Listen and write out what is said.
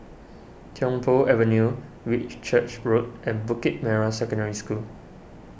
Tiong Poh Avenue Whitchurch Road and Bukit Merah Secondary School